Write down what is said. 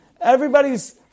everybody's